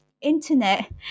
internet